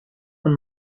von